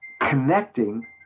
connecting